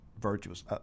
virtuous